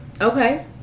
Okay